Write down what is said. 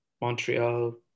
montreal